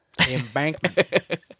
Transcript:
embankment